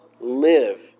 live